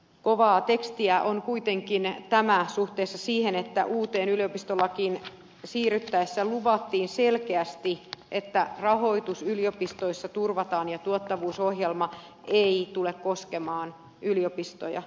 kovaa tekstiä tämä on kuitenkin suhteessa siihen että uuteen yliopistolakiin siirryttäessä luvattiin selkeästi että rahoitus yliopistoissa turvataan ja tuottavuusohjelma ei tule koskemaan yliopistoja